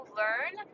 learn